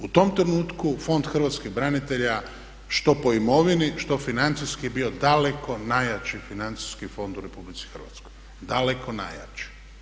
U tom trenutku Fond Hrvatskih branitelja što po imovini, što financijski je bio daleko najjači financijski fond u RH, daleko najjači.